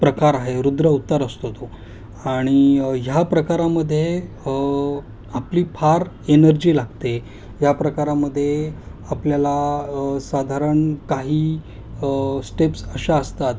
प्रकार आहे रुद्र अवतार असतो तो आणि ह्या प्रकारामध्ये आपली फार एनर्जी लागते या प्रकारामध्ये आपल्याला साधारण काही स्टेप्स अशा असतात